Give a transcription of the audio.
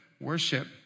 worship